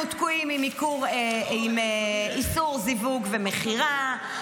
אנחנו תקועים עם איסור זיווג ומכירה.